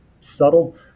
subtle